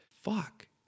fuck